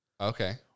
Okay